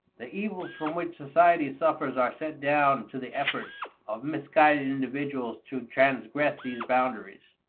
the evils from which society suffers are set down to the efforts of misguided individuals to transgress these boundaries.